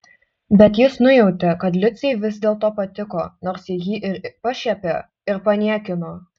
bet jis nujautė kad liucei vis dėlto patiko nors ji jį ir pašiepė ir paniekino